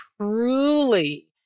truly